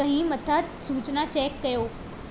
कंहिं मथां सूचना चैक कयो